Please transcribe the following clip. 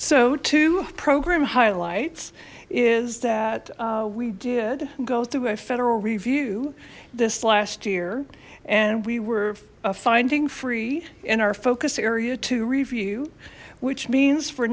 so two program highlights is that we did go through a federal review this last year and we were a finding free in our focus area to review which means for